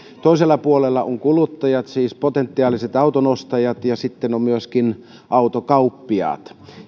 toisella puolella ovat kuluttajat siis potentiaaliset autonostajat ja sitten ovat myöskin autokauppiaat